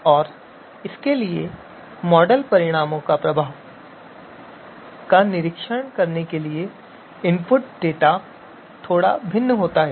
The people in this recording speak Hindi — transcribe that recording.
और इसके लिए मॉडल परिणामों पर प्रभाव का निरीक्षण करने के लिए इनपुट डेटा थोड़ा भिन्न होता है